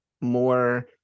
more